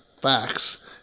facts